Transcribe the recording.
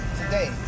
today